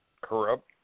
Corrupt